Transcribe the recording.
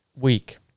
week